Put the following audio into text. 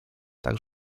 tak